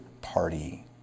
party